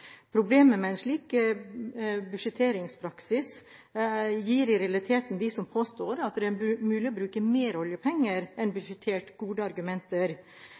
Problemet med en slik budsjetteringspraksis er at det i realiteten gir dem som påstår at det er mulig å bruke mer oljepenger enn budsjettert, gode argumenter.